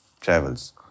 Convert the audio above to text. travels